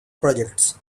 projects